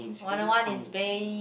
what I want is they